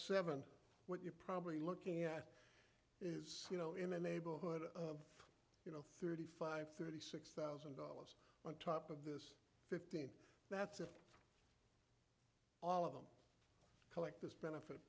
seven what you're probably looking at is you know in a neighborhood of you know thirty five thirty six thousand dollars on top of this fifteen that's if all of them collect